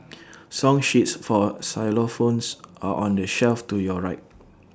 song sheets for xylophones are on the shelf to your right